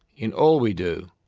in all we do,